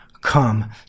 come